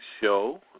show